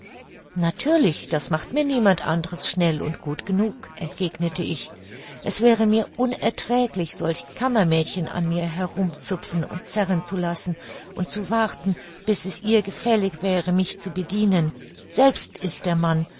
natürlich das macht mir niemand anderes schnell und gut genug entgegnete ich es wäre mir unerträglich solch kammermädchen an mir herum zupfen und zerren zu lassen und zu warten bis es ihr gefällig wäre mich zu bedienen selbst ist der mann